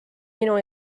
minu